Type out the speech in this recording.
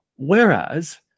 whereas